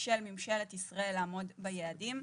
של ממשלת ישראל לעמוד ביעדים.